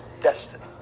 destiny